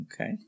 Okay